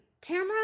Tamara